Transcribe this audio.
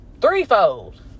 Threefold